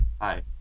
hi